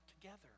together